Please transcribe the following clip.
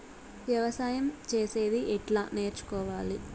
వ్యవసాయం చేసేది ఎట్లా నేర్చుకోవాలి?